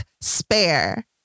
Spare